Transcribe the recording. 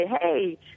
hey